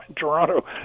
Toronto